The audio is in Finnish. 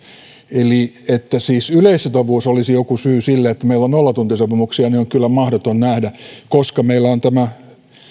eli että yleissitovuus siis olisi jokin syy sille että meillä on nollatuntisopimuksia on kyllä mahdoton nähdä koska meillä on tämä